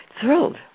thrilled